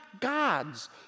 God's